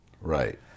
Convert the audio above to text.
Right